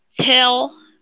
tell